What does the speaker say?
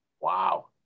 Wow